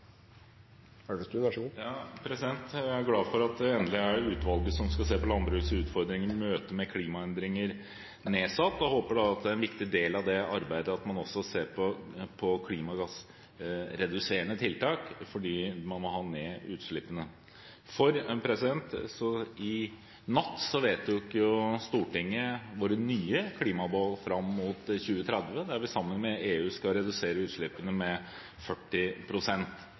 Elvestuen. Jeg er glad for at utvalget som skal se på landbrukets utfordringer i møte med klimaendringer, endelig er nedsatt. Jeg håper at det er en viktig del av det arbeidet at man også ser på klimagassreduserende tiltak, for man må ha ned utslippene. I natt vedtok Stortinget våre nye klimamål fram mot 2030, der vi sammen med EU skal redusere utslippene med